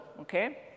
Okay